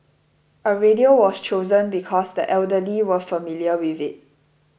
a radio was chosen because the elderly were familiar with it